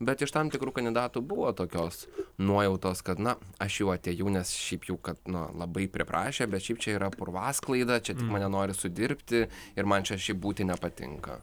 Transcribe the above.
bet iš tam tikrų kandidatų buvo tokios nuojautos kad na aš jau atėjau nes šiaip jau kad na labai priprašė bet šiaip čia yra purvasklaida čia tik mane nori sudirbti ir man čia šiaip būti nepatinka